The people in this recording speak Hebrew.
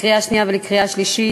לקריאה שנייה ולקריאה שלישית,